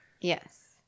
Yes